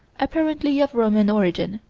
apparently of roman origin.